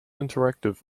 interactive